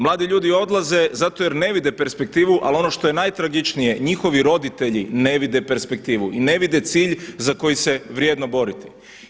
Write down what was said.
Mladi ljudi odlaze zato jer ne vide perspektivu, ali ono što je najtragičnije njihovi roditelji ne vide perspektivu i ne vide cilj za koji se vrijedno boriti.